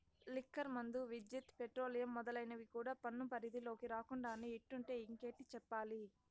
liquor మందు, విద్యుత్, petroleum మొదలైనవి కూడా పన్ను పరిధిలోకి రాకుండానే ఇట్టుంటే ఇంకేటి చెప్పాలి